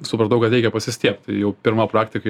supratau kad reikia pasistiebt tai jau pirmą praktiką